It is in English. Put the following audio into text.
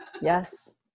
Yes